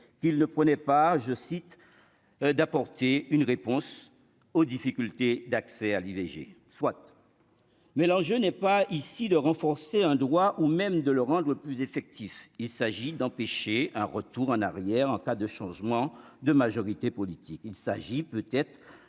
qu'il ne prenait pas, je cite, d'apporter une réponse aux difficultés d'accès à l'IVG soit mais l'enjeu n'est pas ici de renforcer un doigt ou même de le rendre plus effectif, il s'agit d'empêcher un retour en arrière : en cas de changement de majorité politique, il s'agit peut-être